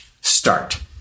Start